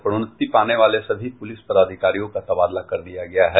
प्रोन्नति पाने वाले सभी पुलिस पदाधिकारियों का तबादला कर दिया गया है